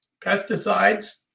pesticides